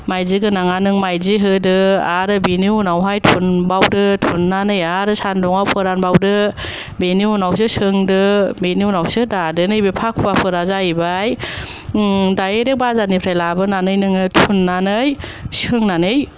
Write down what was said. माइदि गोनांआ नों माइदि होदो आरो बिनि उनावहाय थुनबावदो थुननानै आरो सानदुंआव फोरान बावदो बिनि उनावसो सोंदो बिनि उनावसो दादो नैबे फाखुवाफोरा जाहैबाय डायरेक्ट बाजारनिफ्राय लाबोनानै नोङो थुननानै सोंनानै